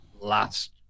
last